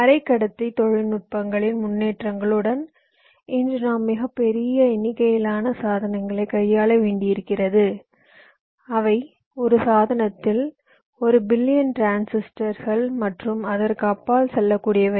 அரைக்கடத்தி தொழில்நுட்பங்களின் முன்னேற்றங்களுடன் இன்று நாம் மிகப் பெரிய எண்ணிக்கையிலான சாதனங்களைக் கையாள வேண்டியிருக்கிறது அவை ஒரு சாதனத்தில் ஒரு பில்லியன் டிரான்சிஸ்டர்கள் வரை மற்றும் அதற்கு அப்பால் செல்லக்கூடியவை